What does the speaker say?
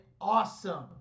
awesome